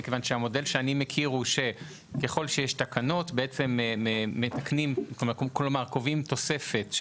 מכיוון שהמודל שאני מכיר הוא שככל שיש תקנות קובעים תוספת,